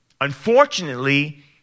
Unfortunately